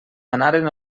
anaren